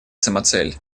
самоцель